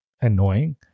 annoying